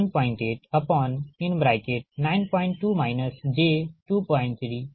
तो A31I3IL72 j1892 j2307826